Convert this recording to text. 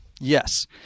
Yes